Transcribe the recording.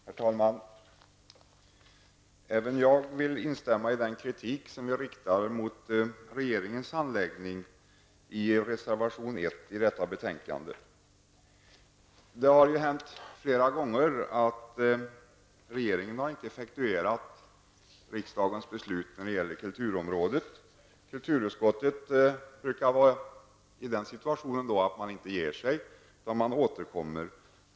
Herr talman! Även jag vill instämma i den kritik som i reservation 1 till detta betänkande riktas mot regeringens handläggning. Det har flera gånger hänt att regeringen inte har effektuerat riksdagens beslut på kulturområdet. Kulturutskottet brukar i den situationen inte ge sig, utan utskottet brukar återkomma.